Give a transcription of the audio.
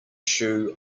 shoe